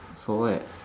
for what